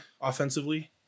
offensively